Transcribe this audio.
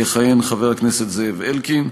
יכהן חבר הכנסת זאב אלקין.